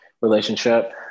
relationship